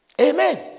Amen